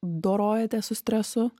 dorojatės su stresu